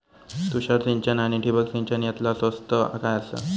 तुषार सिंचन आनी ठिबक सिंचन यातला स्वस्त काय आसा?